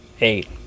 eight